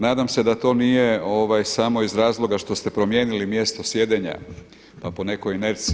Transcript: Nadam se da to nije samo iz razloga što ste promijenili mjesto sjedenja pa po nekoj inerciji.